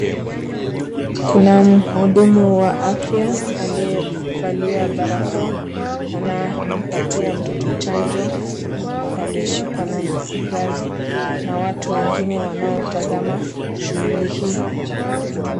Kuna mhudumu wa afya aliyevalia barakoa anampatia mtoto chanjo aliyeshikwa na mzazi, kuna watu wengine wanaotazama shughuli hii.